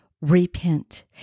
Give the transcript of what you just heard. Repent